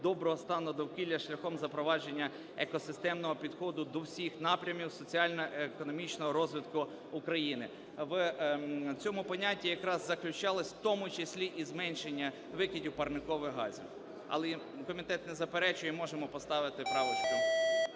доброго стану довкілля шляхом запровадження екосистемного підходу до всіх напрямів соціально-економічного розвитку України. В цьому понятті якраз заключалось в тому числі і зменшення викидів парникових газів. Але комітет не заперечує і можемо поставити правочку